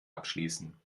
abschließen